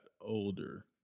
older